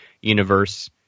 universe